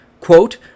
Quote